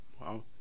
Wow